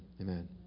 Amen